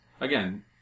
Again